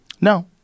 No